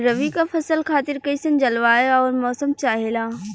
रबी क फसल खातिर कइसन जलवाय अउर मौसम चाहेला?